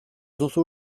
duzu